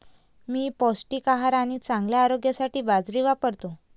मी पौष्टिक आहार आणि चांगल्या आरोग्यासाठी बाजरी वापरतो